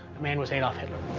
man was adolf hitler.